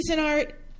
art